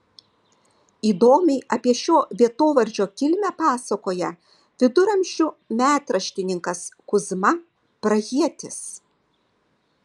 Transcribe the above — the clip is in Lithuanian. įdomiai apie šio vietovardžio kilmę pasakoja viduramžių metraštininkas kuzma prahietis